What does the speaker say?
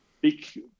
big